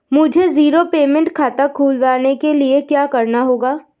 मुझे zero payment खाता खुलवाने के लिए क्या करना होगा?